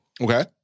Okay